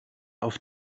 auf